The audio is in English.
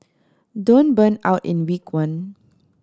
don't burn out in week one